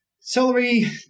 celery